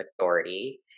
authority